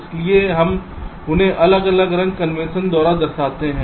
इसलिए हम उन्हें अलग अलग रंग कन्वेंशन द्वारा दर्शाते हैं